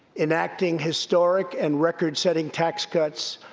enacting historic and record-setting tax cuts,